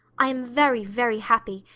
i am very, very happy,